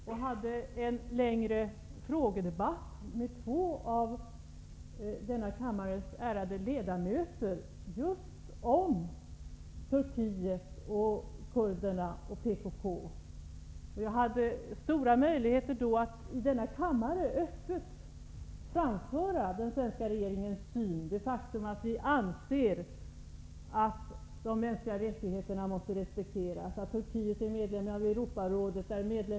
Herr talman! Det har inte varit helt tyst. Jag var här i går och hade en längre frågedebatt med två av denna kammares ärade ledamöter om just Turkiet, kurderna och PKK. Jag hade då stora möjligheter att i denna kammare öppet framföra den svenska regeringens syn och det faktum att vi anser att de mänskliga rättigheterna måste respekteras. Turkiet är medlem i Europarådet och ESK.